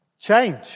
change